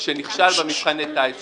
-- שנכשל במבחני הטיס שלו,